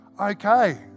okay